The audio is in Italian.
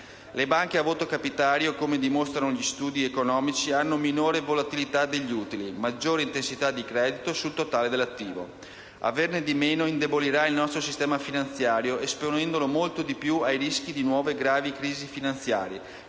Le banche a voto capitario, come dimostrano gli studi economici, hanno minore volatilità degli utili e maggiore intensità di credito sul totale dell'attivo; averne di meno indebolirà il nostro sistema finanziario, esponendolo molto di più ai rischi di nuove gravi crisi finanziarie,